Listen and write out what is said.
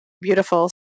beautiful